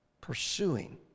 pursuing